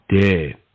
dead